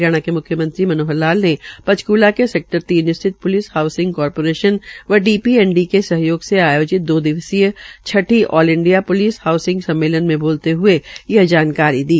हरियाणा के म्ख्यमंत्री मनोहर लाल ने पंचक्ला के सेक्टर तीन स्थित प्लिस हाऊसिंग कारपोरेशन व डी पी एन डी के सहयोग से आयोजित दो दिवसीय छठी ऑल इंडिया प्लिस हाऊसिंग सम्मेलन में बोलते यह जानकारी दी